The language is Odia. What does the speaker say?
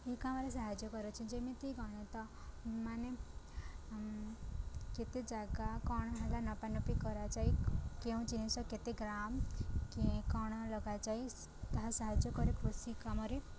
ଏହି କାମରେ ସାହାଯ୍ୟ କରୁଅଛି ଯେମିତି ଗଣିତ ମାନେ କେତେ ଜାଗା କ'ଣ ହେଲା ନପା ନପି କରାଯାଇ କେଉଁ ଜିନିଷ କେତେ ଗ୍ରାମ କି କଣ ଲଗାଯାଇ ତାହା ସାହାଯ୍ୟ କରେ କୃଷି କାମରେ